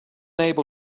able